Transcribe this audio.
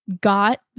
got